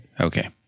Okay